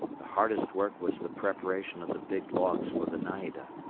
the hardest work was the preparation of the big logs for the naida.